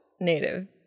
native